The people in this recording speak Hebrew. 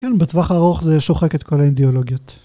כן, בטווח ארוך זה שוחק את כל האידיאולוגיות.